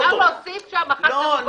אפשר להוסיף שם: אחת לרבעון.